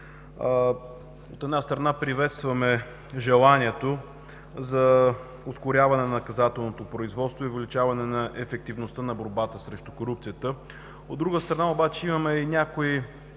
От една страна, приветстваме желанието за ускоряване на наказателното производство и увеличаване на ефективността на борбата срещу корупцията, но, от друга страна, имаме някои